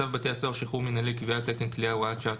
צו בתי הסוהר (שחרור מנהלי) (קביעת תקן כליאה) (הוראת שעה),